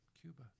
Cuba